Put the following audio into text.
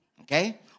okay